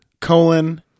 colon